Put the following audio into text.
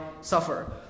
suffer